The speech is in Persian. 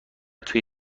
توی